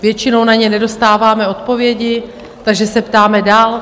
Většinou na ně nedostáváme odpovědi, takže se ptáme dál.